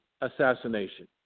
assassination